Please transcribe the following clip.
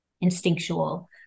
instinctual